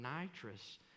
nitrous